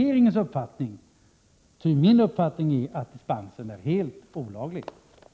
1987/88:84 är att dispensen är helt olaglig. 15 mars 1988